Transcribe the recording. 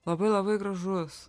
labai labai gražus